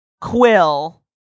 Quill